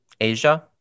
Asia